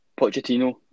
Pochettino